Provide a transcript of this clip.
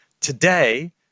today